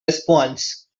response